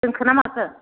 दोनखो ना माखो